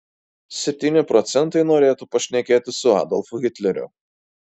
septyni procentai norėtų pašnekėti su adolfu hitleriu